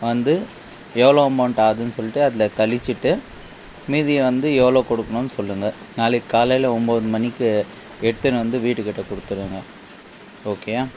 வந்து எவ்வளோ அமெளண்ட்டாகுதுன் சொல்லிட்டு அதில் கழிச்சுசிட்டு மீதியை வந்து எவ்வளோ கொடுக்குணுன் சொல்லுங்க நாளைக்கு காலையில் ஒம்பது மணிக்கு எடுத்துன்னு வந்து வீட்டுக்கிட்டே கொடுத்துருங்க ஓகேயா